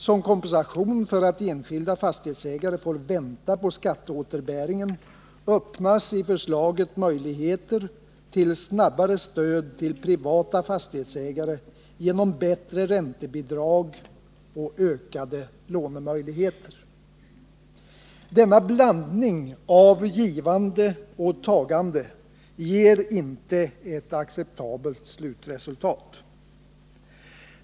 Som kompensation för att enskilda fastighetsägare får vänta på skatteåterbäringen öppnas i förslaget möjligheter till snabbare stöd till privata fastighetsägare genom bättre räntebidrag och ökade lånemöjligheter. Denna blandning av givande och tagande ger inte ett acceptabelt slutresultat.